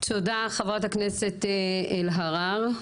תודה חברת הכנסת אלהרר,